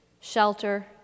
shelter